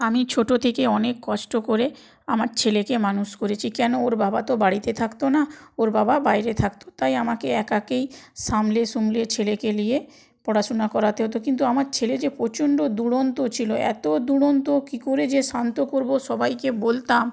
আমি ছোটো থেকে অনেক কষ্ট করে আমার ছেলেকে মানুষ করেছি কেন ওর বাবা তো বাড়িতে থাকতো না ওর বাবা বাইরে থাকতো তাই আমাকে একাই সামলে সুমলে ছেলেকে নিয়ে পড়াশুনা করাতে হত কিন্তু আমার ছেলে যে প্রচণ্ড দুরন্ত ছিলো এতও দুরন্ত কী করে যে শান্ত করবো সবাইকে বলতাম